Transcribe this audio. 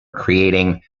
creating